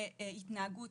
להתנהגות